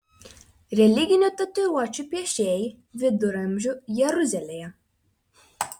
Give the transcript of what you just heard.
religinių tatuiruočių piešėjai viduramžių jeruzalėje